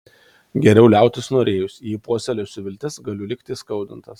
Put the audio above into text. geriau liautis norėjus jei puoselėsiu viltis galiu likti įskaudintas